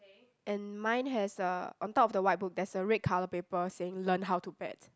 and mine has a on top of the white book there's a red colour paper saying learn how to bet